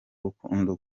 rukundo